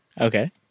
Okay